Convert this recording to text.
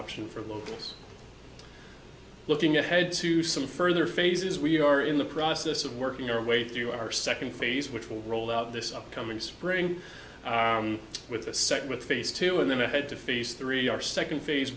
option for locals looking ahead to some further phases we are in the process of working our way through our second phase which will roll out this upcoming spring with the second with face two and then to head to face three our second phase